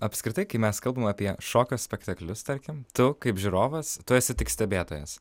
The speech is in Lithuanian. apskritai kai mes kalbam apie šokio spektaklius tarkim tu kaip žiūrovas tu esi tik stebėtojas